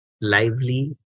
lively